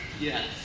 Yes